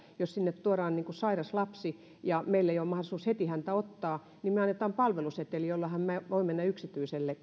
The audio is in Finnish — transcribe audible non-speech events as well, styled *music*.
jos sinne tuodaan sairas lapsi ja meillä ei ole mahdollisuutta heti häntä ottaa me annamme palvelusetelin jolla hän korvakipuinen lapsi voi mennä yksityiselle *unintelligible*